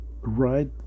Right